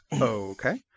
okay